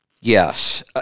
Yes